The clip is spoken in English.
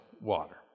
water